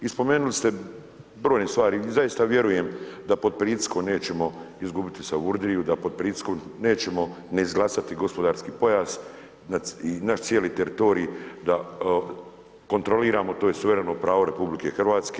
I spomenuli ste brojne stvari i zaista vjerujem da pod pritiskom nećemo izgubiti Savudriju, da pod pritiskom nećemo ni izglasati gospodarski pojas, naš cijeli teritorij da kontroliramo to je suvremeno pravo RH.